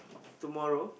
tomorrow